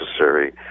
necessary